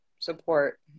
support